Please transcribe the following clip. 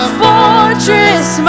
fortress